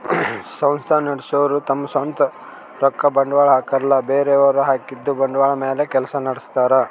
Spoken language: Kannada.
ಸಂಸ್ಥಾ ನಡಸೋರು ತಮ್ ಸ್ವಂತ್ ರೊಕ್ಕ ಬಂಡ್ವಾಳ್ ಹಾಕಲ್ಲ ಬೇರೆಯವ್ರ್ ಹಾಕಿದ್ದ ಬಂಡ್ವಾಳ್ ಮ್ಯಾಲ್ ಕೆಲ್ಸ ನಡಸ್ತಾರ್